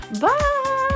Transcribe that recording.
Bye